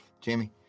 Jamie